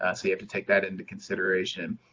ah so you have to take that into consideration.